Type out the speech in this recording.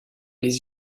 les